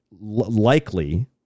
likely